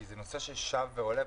כי זה נושא ששב ועולה.